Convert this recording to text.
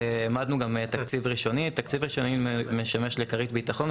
העמדנו גם תקציב ראשוני שמשמש לכרית ביטחון.